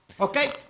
Okay